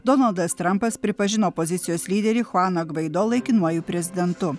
donaldas trampas pripažino opozicijos lyderį chuaną gvaido laikinuoju prezidentu